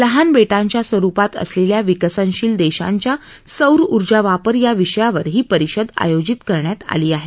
लहान बेटांच्या स्वरूपात असलेल्या विकसनशील देशांच्या सौर उर्जा वापर या विषयावर ही परिषद आयोजित करण्यात आली आहे